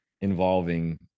involving